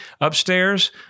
Upstairs